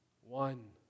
one